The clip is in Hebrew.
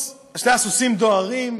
שני הסוסים דוהרים,